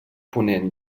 ponent